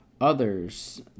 Others